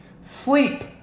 sleep